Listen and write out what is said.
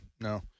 no